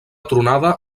tronada